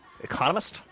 economist